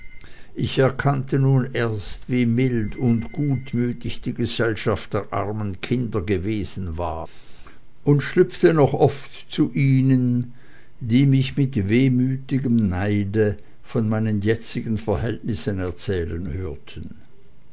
ich erkannte nun erst wie mild und gutmütig die gesellschaft der armen kinder gewesen war und schlüpfte noch oft zu ihnen die mich mit wehmütigem neide von meinen jetzigen verhältnissen erzählen hörten